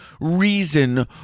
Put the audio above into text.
reason